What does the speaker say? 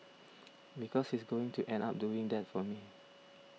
because he's going to end up doing that for me